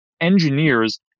engineers